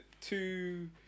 two